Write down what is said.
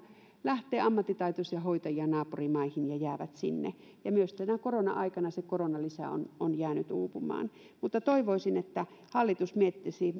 lähtee ammattitaitoisia hoitajia naapurimaihin ja jäävät sinne ja myös tänä korona aikana se koronalisä on on jäänyt uupumaan toivoisin että hallitus miettisi